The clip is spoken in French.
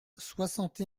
soixante